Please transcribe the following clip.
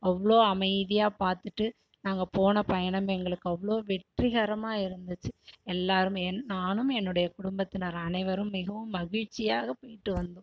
அவ்வளோ அமைதியாக பார்த்துட்டு நாங்கள் போன பயணம் எங்களுக்கு அவ்வளோ வெற்றிகரமா இருந்துச்சு எல்லாருமே நானும் என்னோடய குடும்பத்தினர் அனைவரும் மிகவும் மகிழ்ச்சியாக போய்விட்டு வந்தோம்